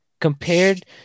compared